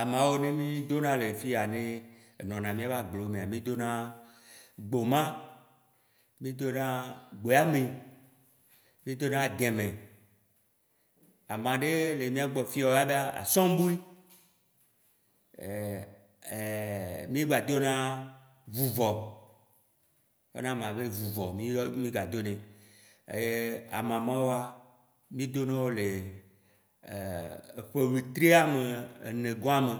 Amawo ne mi dona le fiya ne enɔna mìa be agblewo mea mìdona gboma, mìdona gbonyame, mì dona ademɛ, ama ɖe le mia gbɔ fiya woyɔna sɔŋboe, migba dona vuvɔ, wo yɔna ama be vuvɔ me gba do nɛ. Eye ama mawoa, mi dono wo le ƒe wetri ame ne gɔ̃a me.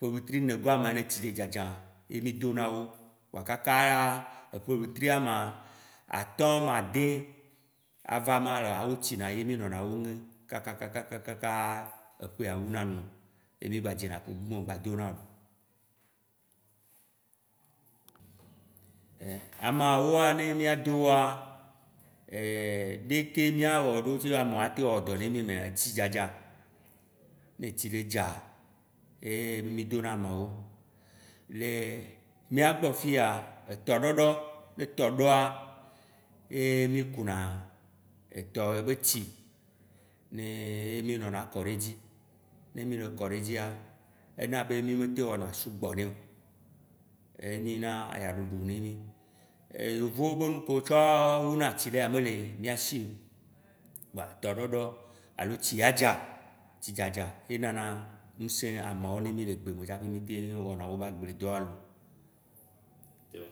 Ƒe wetri ne gɔ̃a me ne tsi le dzadza ye mi dona wo, wa kaka ya eƒe wetri ama, atɔ amade ava ma la wotsina ye minɔna wo ŋe kakakakakakaaa eƒea wuna enu ye mi gba dzena ƒe bu me gba dona bu. Amawoa, ne mia dowoa, leke mia wɔ ɖo tse ama ya tem wo dɔ ne mì mɛ tsidzadza, ne tsi le dza ye mì dona nuawo. Le miagbɔ fiya, etɔɖɔɖɔ, ne tɔ ɖɔa, ye mì ku na etɔ be tsi, ye mì nɔna kɔ ɖe dzi. Ne mì le kɔ ɖe dzia, ena be mì me tem wɔna sugbɔ nɛ o. Enyina ayaɖuɖu ne mi, eye yovowo be nukɔ tsɔ wona tsi na nɛ mele mia sil o kpoa tɔɖɔɖɔ, alo tsi ya dza, tsigadza, ye nana ŋse amawo ne mì le gbe me tsaƒe mitem wɔna wo va agble dɔa loo, yo